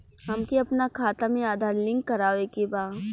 हमके अपना खाता में आधार लिंक करावे के बा?